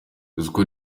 uziko